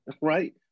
right